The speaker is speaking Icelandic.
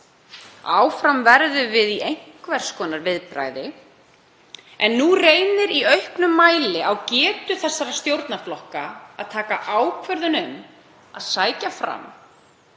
Áfram verðum við í einhvers konar viðbragði en nú reynir í auknum mæli á getu stjórnarflokkanna til að taka ákvörðun um að sækja fram.